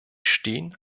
stehen